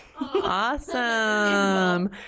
Awesome